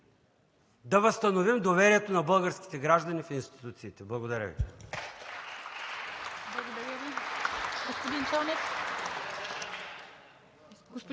да възстановим доверието на българските граждани в институциите. Благодаря Ви.